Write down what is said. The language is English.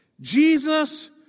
Jesus